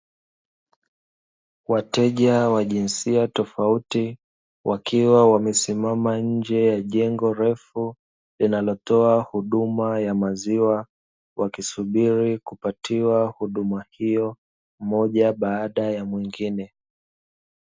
Wateja wa jinsia tofauti, wakiwa wamesimama nje ya jengo refu, linalotoa huduma ya maziwa. Wakisubiri kupatiwa huduma hiyo, mmoja baada ya mwingine.